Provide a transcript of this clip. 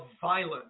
violence